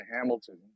Hamilton